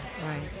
Right